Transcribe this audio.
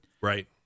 right